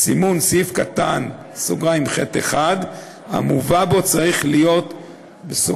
סימון סעיף קטן (ח1) המובא בו צריך להיות (ח4).